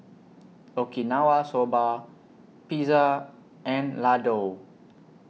Okinawa Soba Pizza and Ladoo